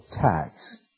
tax